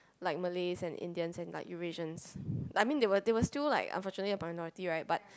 like Malays and Indians and like Eurasians like I mean they were they were still like unfortunately a minority right but